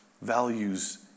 values